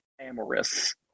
amorous